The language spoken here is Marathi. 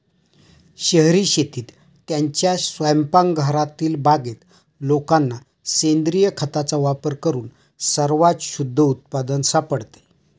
शहरी शेतीत, त्यांच्या स्वयंपाकघरातील बागेत लोकांना सेंद्रिय खताचा वापर करून सर्वात शुद्ध उत्पादन सापडते